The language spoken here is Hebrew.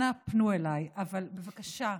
אנא פנו אליי, אבל בבקשה,